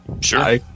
Sure